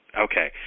Okay